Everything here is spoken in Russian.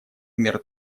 мер